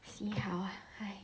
see how